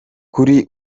kuri